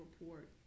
report